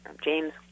James